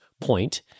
point